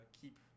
keep